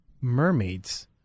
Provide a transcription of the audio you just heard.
Mermaids